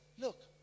look